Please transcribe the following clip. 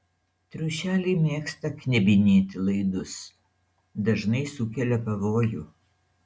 triušeliai mėgsta knebinėti laidus dažnai sukelia pavojų